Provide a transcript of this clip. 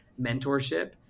mentorship